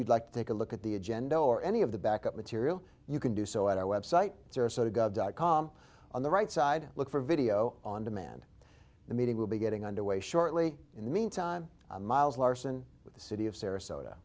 you'd like to take a look at the agenda or any of the back up material you can do so at our website sarasota gov dot com on the right side look for video on demand the meeting will be getting underway shortly in the meantime miles larson with the city of sarasota